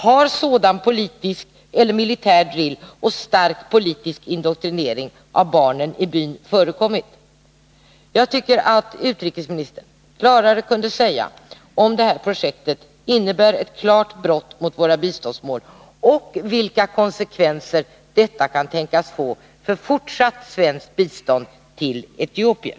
Har sådan politisk eller militär drill och sådan stark politisk indoktrinering av barnen i byn förekommit? Jag tycker att utrikesministern klarare kunde säga om det här projektet innebär ett brott mot principerna för våra biståndsmål och vilka konsekvenser detta i så fall kan tänkas få för fortsatt svenskt bistånd till Etiopien.